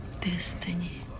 destiny